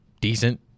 decent